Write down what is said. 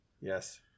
Yes